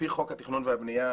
לפי חוק התכנון והבנייה,